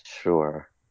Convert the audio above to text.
Sure